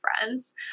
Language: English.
friends